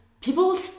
people